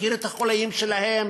מכיר את החוליים שלהם,